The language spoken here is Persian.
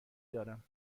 دارم